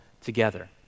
together